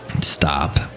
Stop